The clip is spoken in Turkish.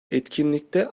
etkinlikte